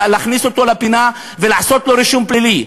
להכניס אותו לפינה ולעשות לו רישום פלילי.